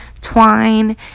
Twine